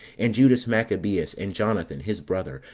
and judas machabeus, and jonathan, his brother,